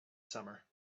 summer